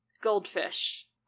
goldfish